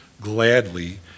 gladly